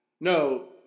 no